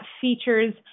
features